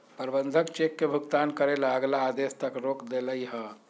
प्रबंधक चेक के भुगतान करे ला अगला आदेश तक रोक देलई ह